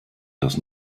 dass